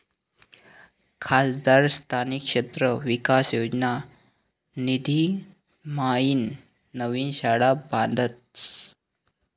खासदार स्थानिक क्षेत्र विकास योजनाना निधीम्हाईन नवीन शाळा बांधतस